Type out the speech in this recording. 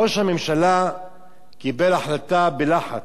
ראש הממשלה קיבל החלטה בלחץ,